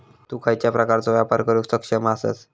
तु खयच्या प्रकारचो व्यापार करुक सक्षम आसस?